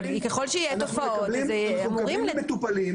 אבל ככל שיהיו תופעות, אמורים לדווח.